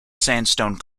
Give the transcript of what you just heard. sandstone